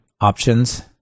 options